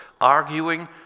arguing